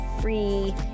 free